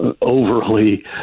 overly